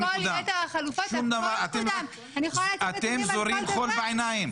אתם זרים חול בעיניים.